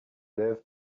lève